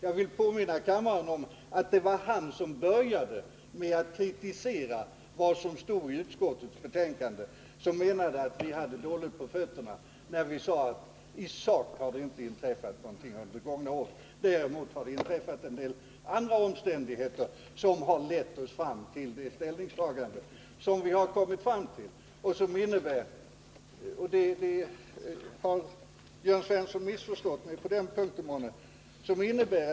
Jag vill påminna kammaren om att det var han som började med att kritisera vad som stod i utskottets betänkande — han hävdade att vi hade dåligt på fötterna när vi sade att det i sak inte inträffat någonting under det gångna året. Däremot har en del andra omständigheter lett oss fram till det ställningstagande som vi gjort i utskottet och som innebär — har Jörn Svensson månne missförstått mig på den punkten?